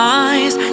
eyes